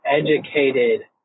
educated